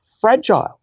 fragile